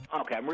Okay